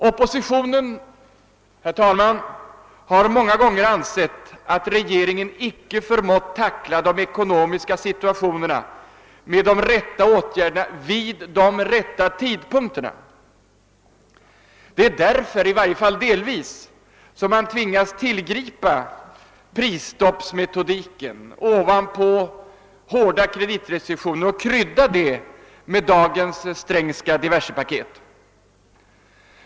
Oppositionen, herr talman, har många gånger ansett att regeringen icke förmått tackla de ekonomiska situationerna med de rätta åtgärderna vid de rätta tidpunkterna. Det är, i varje fall delvis, därför man tvingas tillgripa prisstoppsmetodiken ovanpå hårda kreditrestriktioner och krydda det med dagens Strängska diversepaket.